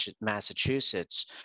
Massachusetts